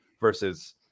versus